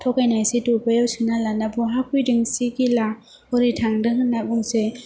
थगायनायसै दबायाव सोना लाना बहाफैदोंसि गिला हरै थांदों होनना बुंसै